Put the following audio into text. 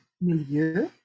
milieu